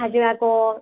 हाजो आगर